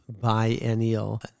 biennial